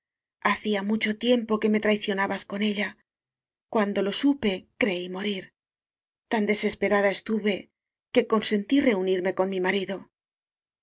hacia mucho tiempo que me traicio nabas con ella cuando lo supe creí morir tan desesperada estuve que consentí re unirme con mi marido